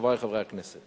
חברי חברי הכנסת,